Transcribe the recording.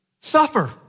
suffer